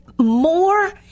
more